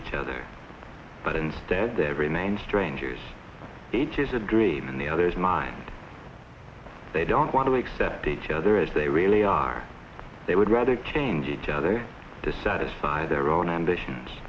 each other but instead they have renamed strangers ages a dream in the other's mind they don't want to accept each other as they really are they would rather change each other to satisfy their own ambitions